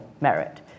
merit